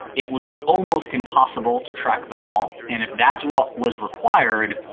it would be almost impossible to track them all. and if that's what was required,